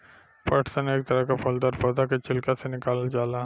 पटसन एक तरह के फूलदार पौधा के छिलका से निकालल जाला